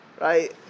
right